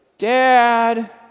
Dad